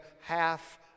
half